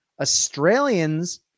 Australians